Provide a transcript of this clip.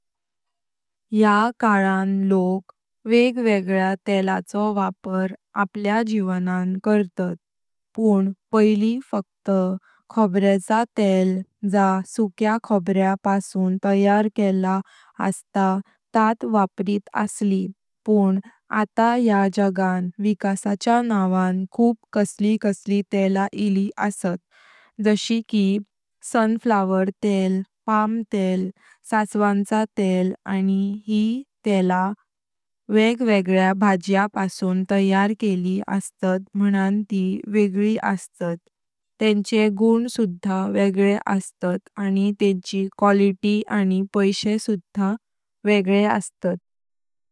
या काळान लोक वेग वेगळ्या तेळाचो वापार आपल्या जिवानं करतात पण पैली फक्त खोब्र्या चा तेळ जा सुक्या खोब्र्या पासून तयार केला अस्तत तात वापरित असली पण आता या जागान विकासाच्या नावन खुब कसली कसली तेलां इली अस्तात कशी कि सनफ्लोवर तेळ, पाळम तेळ, सासवांच्या तेळ आणी यी तेलां वेग वेगळ्या भजा पासून तयार केली अस्तात मणान ती वेगळी अस्तात तेन्के गुण सुधा वेगले अस्तात आणी तेंची क्वालिटी आणी पैसे सुधा वेगले अस्तात।